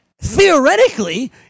theoretically